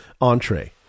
entree